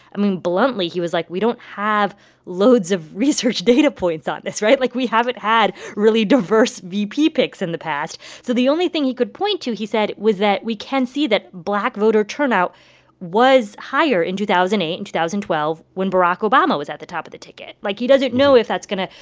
i mean, bluntly, he was like, we don't have loads of research data points on this, right? like, we haven't had really diverse vp picks in the past. so the only thing he could point to, he said, was that we can see that black voter turnout was higher in two thousand and eight and two thousand and twelve when barack obama was at the top of the ticket. like, he doesn't know if that's going to,